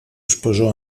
sposò